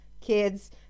kids